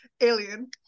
alien